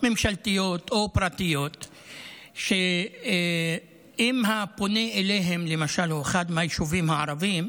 ממשלתיות או פרטיות שאם הפונה אליהן למשל הוא אחד מהיישובים הערביים,